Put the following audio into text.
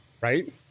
Right